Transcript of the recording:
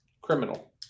criminal